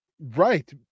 right